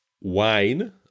wine